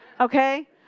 okay